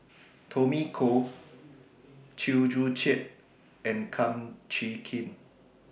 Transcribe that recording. Tommy Koh Chew Joo Chiat and Kum Chee Kin